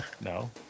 No